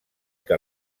que